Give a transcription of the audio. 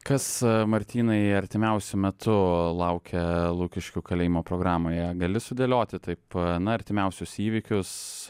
kas martynai artimiausiu metu laukia lukiškių kalėjimo programoje gali sudėlioti taip na artimiausius įvykius